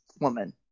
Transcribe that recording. woman